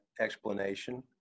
explanation